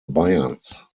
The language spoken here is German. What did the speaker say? bayerns